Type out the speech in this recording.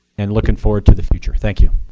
and looking forward to the future. thank you.